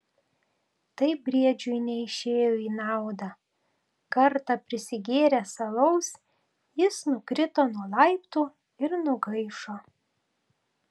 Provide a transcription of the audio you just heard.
tai briedžiui neišėjo į naudą kartą prisigėręs alaus jis nukrito nuo laiptų ir nugaišo